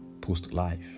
post-life